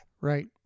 Right